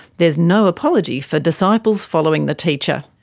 there's no apology for disciples following the teacher.